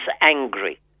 angry